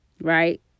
Right